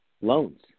loans